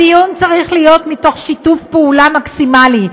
הדיון צריך להיות מתוך שיתוף פעולה מקסימלי,